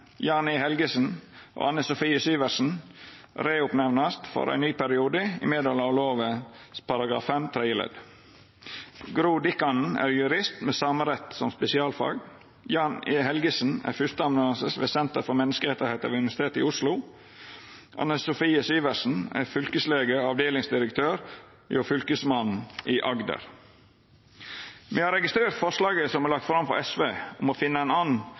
E. Helgesen og Anne-Sofie Syvertsen vert nemnde opp att for ein ny periode i medhald av lova § 5 tredje ledd. Gro Dikkanen er jurist med samerett som spesialfag, Jan E. Helgesen er fyrsteamanuensis ved Norsk senter for menneskerettigheter ved Universitetet i Oslo og Anne-Sofie Syvertsen er fylkeslege og avdelingsdirektør hjå fylkesmannen i Agder. Me har registrert forslaget som er lagt fram frå SV, om å